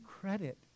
credit